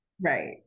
right